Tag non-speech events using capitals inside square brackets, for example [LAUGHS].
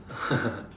[LAUGHS]